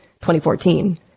2014